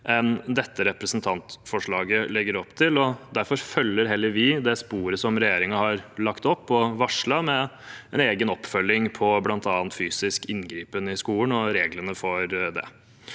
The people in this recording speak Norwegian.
det dette representantforslaget legger opp til. Derfor følger vi heller det sporet som regjeringen har lagt opp og varslet, med en egen oppfølging på bl.a. fysisk inngripen i skolen og reglene for det.